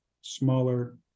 smaller